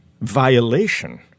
violation